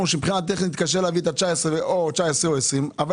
שמבחינה טכנית קשה להביא נתונים על 2019 או על 2020 אבל